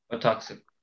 Toxic